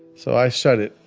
so i shut it.